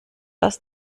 aus